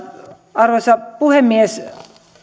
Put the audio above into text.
arvoisa puhemies